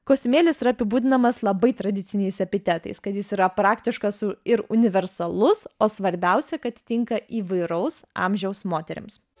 kostiumėlis yra apibūdinamas labai tradiciniais epitetais kad jis yra praktiškas ir universalus o svarbiausia kad tinka įvairaus amžiaus moterims